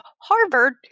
Harvard